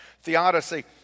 Theodicy